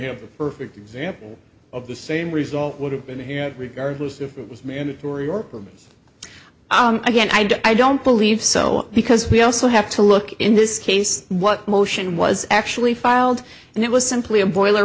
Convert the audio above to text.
have a perfect example of the same result would have been had we gardeners if it was mandatory or problems again i don't believe so because we also have to look in this case what motion was actually filed and it was simply a boiler